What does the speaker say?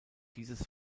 dieses